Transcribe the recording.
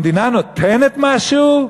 המדינה נותנת משהו?